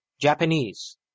Japanese